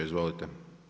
Izvolite.